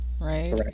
right